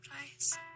place